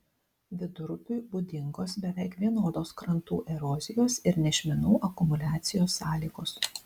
vidurupiui būdingos beveik vienodos krantų erozijos ir nešmenų akumuliacijos sąlygos